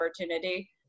opportunity